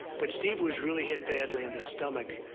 but steve was really hit badly in the stomach.